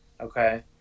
Okay